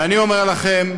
ואני אומר לכם: